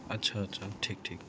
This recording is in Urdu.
اچھا اچھا ٹھیک ٹھیک